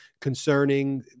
concerning